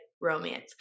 romance